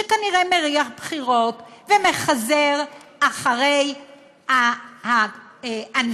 שכנראה מריח בחירות ומחזר אחרי אנשיו,